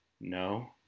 no